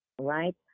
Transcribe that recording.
right